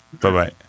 Bye-bye